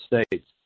States